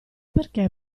perché